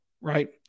Right